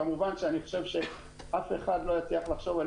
כמובן שאני חושב שאף אחד לא יצליח לחשוב על